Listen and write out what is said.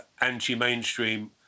anti-mainstream